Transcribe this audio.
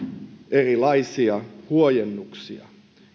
erilaisia huojennuksia